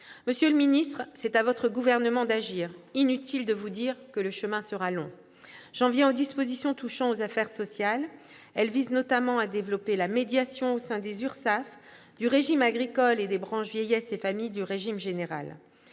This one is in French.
Monsieur le secrétaire d'État, c'est à votre gouvernement d'agir ! Inutile de vous dire que le chemin sera long ... J'en viens aux dispositions touchant aux affaires sociales. Elles visent notamment à développer la médiation au sein des URSSAF, du régime agricole et des branches Vieillesse et Famille du régime général.